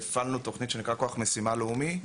והפעלו איזה כוח משימה שנקרא כוח משימה לאומי,